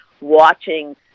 watching